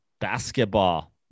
Basketball